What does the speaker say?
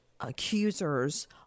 accusers